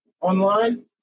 online